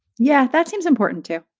yeah. that seems important too.